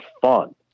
fun